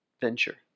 venture